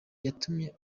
yatumye